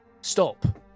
stop